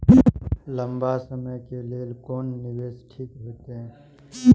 लंबा समय के लेल कोन निवेश ठीक होते?